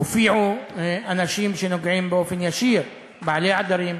הופיעו אנשים שנוגעים באופן ישיר, בעלי עדרים,